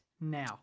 now